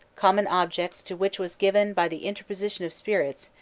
common objects to which was given by the interposition of spirits,